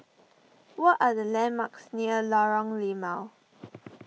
what are the landmarks near Lorong Limau